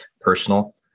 personal